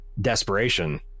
Desperation